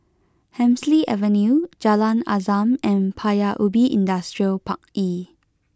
Hemsley Avenue Jalan Azam and Paya Ubi Industrial Park E